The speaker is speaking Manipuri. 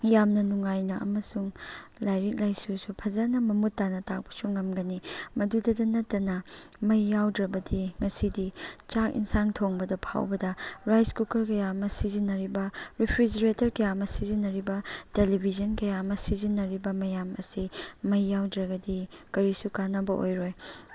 ꯌꯥꯝꯅ ꯅꯨꯡꯉꯥꯏꯅ ꯑꯃꯁꯨꯡ ꯂꯥꯏꯔꯤꯛ ꯂꯥꯏꯁꯨꯁꯨ ꯐꯖꯅ ꯃꯃꯨꯠ ꯇꯥꯅ ꯇꯥꯛꯄꯁꯨ ꯉꯝꯒꯅꯤ ꯃꯗꯨꯗꯗ ꯅꯠꯇꯅ ꯃꯩ ꯌꯥꯎꯗ꯭ꯔꯕꯗꯤ ꯉꯁꯤꯗꯤ ꯆꯥꯛ ꯏꯟꯁꯥꯡ ꯊꯣꯡꯕꯗ ꯐꯥꯎꯕꯗ ꯔꯥꯏꯁ ꯀꯨꯀꯔ ꯀꯌꯥ ꯑꯃ ꯁꯤꯖꯤꯟꯅꯔꯤꯕ ꯔꯤꯐ꯭ꯔꯤꯖꯦꯔꯦꯇꯔ ꯀꯌꯥ ꯑꯃ ꯁꯤꯖꯤꯟꯅꯔꯤꯕ ꯇꯦꯂꯤꯚꯤꯖꯟ ꯀꯌꯥ ꯑꯃ ꯁꯤꯖꯤꯟꯅꯔꯤꯕ ꯃꯌꯥꯝ ꯑꯁꯤ ꯃꯩ ꯌꯥꯎꯗ꯭ꯔꯒꯗꯤ ꯀꯔꯤꯁꯨ ꯀꯥꯅꯕ ꯑꯣꯏꯔꯣꯏ